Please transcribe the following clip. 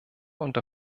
unter